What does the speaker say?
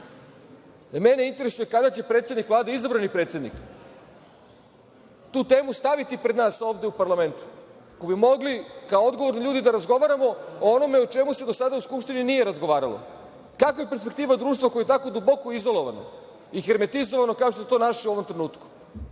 Mene interesuje kada će predsednik Vlade, izabrani predsednik, tu temu staviti pred nas ovde u parlament, kako bi mogli kao odgovorni ljudi da razgovaramo o onome o čemu se do sada u Skupštini nije razgovaralo. Kakva je perspektiva društva koje je tako duboko izolovano i hermetizovano kao što je to naše u ovom trenutku?